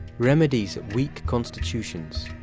remedies of weak constitutions,